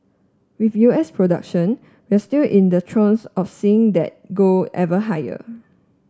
with U S production we're still in the throes of seeing that go ever higher